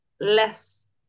less